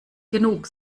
genug